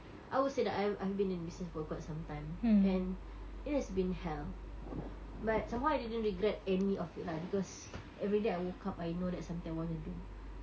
I would say that I I have been in business for quite some time and it has been hell but somehow I didn't regret any of it lah because everyday I woke up I know that that's something I want to do